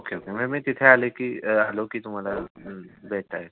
okay okay मग मी तिथे आले की आलो की तुम्हाला भेटता येईल